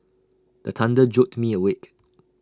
the thunder jolt me awake